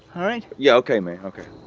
all right. yeah okay man, okay.